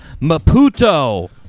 Maputo